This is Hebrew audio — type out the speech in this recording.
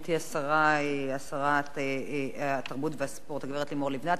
גברתי שרת התרבות והספורט הגברת לימור לבנת.